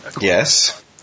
Yes